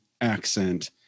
accent